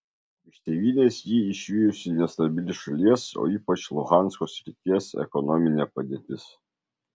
iš tėvynės jį išvijusi nestabili šalies o ypač luhansko srities ekonominė padėtis